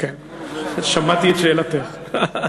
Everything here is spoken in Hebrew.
שמעתי את שאלתך.